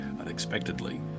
unexpectedly